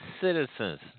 citizens